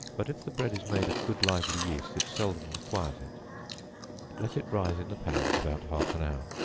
but if the bread is made of good lively yeast, it seldom requires it let it rise in the pans about half an hour.